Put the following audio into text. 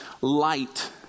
light